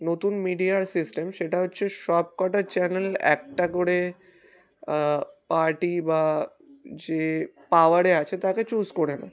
নতুন মিডিয়ার সিস্টেম সেটা হচ্ছে সব কটা চ্যানেল একটা করে পার্টি বা যে পাওয়ারে আছে তাকে চুজ করে নেয়